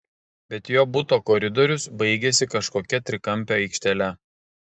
bet jo buto koridorius baigėsi kažkokia trikampe aikštele